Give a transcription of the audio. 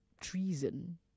treason